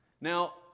Now